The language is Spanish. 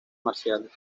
marciales